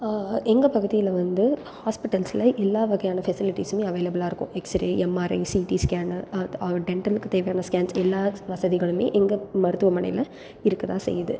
எங்கள் பகுதியில் வந்து ஹாஸ்பிட்டல்ஸில் எல்லா வகையான ஃபெஸிலிட்டிஸுமே அவைலபிலா இருக்கும் எக்ஸ்ரே எம்ஆர்ஐ சிடி ஸ்கேன்னு டென்டெல்லுக்கு தேவையான ஸ்கேன்ஸ் எல்லா வசதிகளுமே எங்கள் மருத்துவமனையில் இருக்கதான் செய்யுது